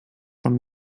from